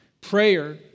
Prayer